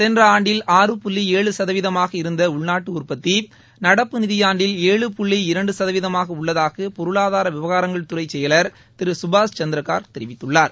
சென்ற ஆண்டில் ஆறு புள்ளி ஏழு சதவீதமாக இருந்த உள்நாட்டு உற்பத்தி நடப்பு நிதியாண்டில் ஏழு புள்ளி இரண்டு சதவீதமாக உள்ளதாக பொருளாதார விவகாரங்கள் துறை செயலர் திரு கபாஷ் சந்திர கள்க் தெரிவித்துள்ளார்